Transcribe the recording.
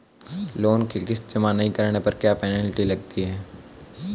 Loan की किश्त जमा नहीं कराने पर क्या पेनल्टी लगती है?